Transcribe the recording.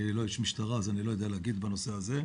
אני לא איש משטרה אז אני לא יודע להגיד בנושא הזה.